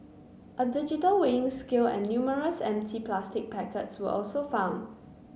a digital weighing scale and numerous empty plastic packets were also found